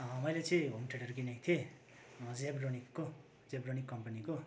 मैले चाहिँ home theatre किनेको थिएँ जेब्रोनिकको जेब्रोनिक कम्पनीको